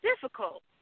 difficult